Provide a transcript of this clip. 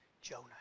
Jonah